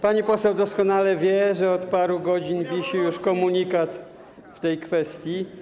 Pani poseł doskonale wie, że od paru godzin wisi już komunikat dotyczący tej kwestii.